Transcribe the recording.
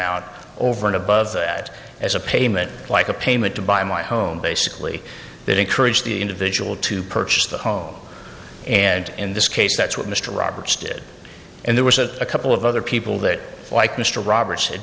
mout over and above that as a payment like a payment to buy my home basically that encourage the individual to purchase the home and in this case that's what mr roberts did and there was a couple of other people that like mr roberts had